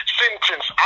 sentence